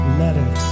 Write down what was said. letter